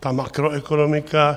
ta makroekonomika.